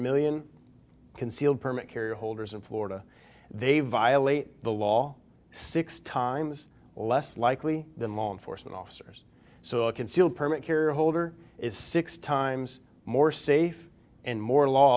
million concealed permit carry holders in florida they violate the law six times or less likely than law enforcement officers so a concealed permit carrier holder is six times more safe and more law